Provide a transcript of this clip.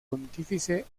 pontífice